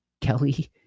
Kelly